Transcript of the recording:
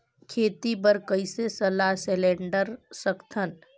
खेती बर कइसे सलाह सिलेंडर सकथन?